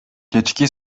кечки